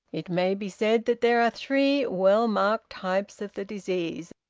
it may be said that there are three well-marked types of the disease,